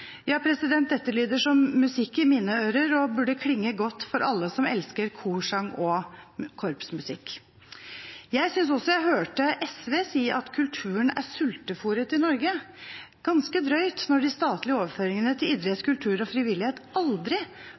Ja, dette lyder som musikk i mine ører og burde klinge godt for alle som elsker korsang og korpsmusikk. Jeg synes også jeg hørte SV si at kulturen er sultefôret i Norge – ganske drøyt når de statlige overføringene til idrett, kultur og frivillighet aldri